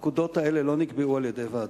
הפקודות האלה לא נקבעו על-ידי ועדות,